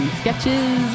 sketches